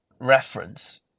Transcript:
reference